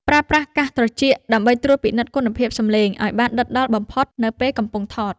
ប្រើប្រាស់កាសត្រចៀកដើម្បីត្រួតពិនិត្យគុណភាពសំឡេងឱ្យបានដិតដល់បំផុតនៅពេលកំពុងថត។